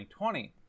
2020